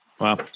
Wow